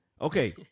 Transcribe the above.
okay